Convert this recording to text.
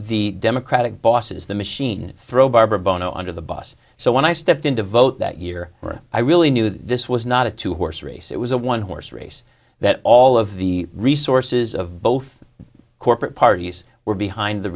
the democratic bosses the machine throw barbara buono under the bus so when i stepped in to vote that year i really knew that this was not a two horse race it was a one horse race that all of the resources of both corporate parties were behind the